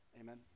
amen